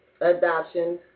adoption